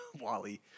Wally